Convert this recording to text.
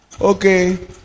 Okay